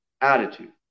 attitude